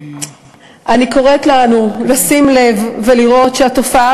אני קוראת לנו לשים לב ולראות שהתופעה